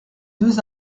deux